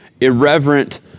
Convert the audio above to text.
irreverent